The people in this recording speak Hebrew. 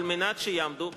על מנת שיעמדו בתוקפם.